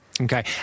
okay